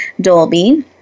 Dolby